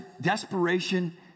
desperation